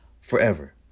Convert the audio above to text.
forever